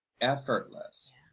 effortless